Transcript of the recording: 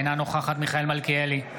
אינה נוכחת מיכאל מלכיאלי,